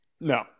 No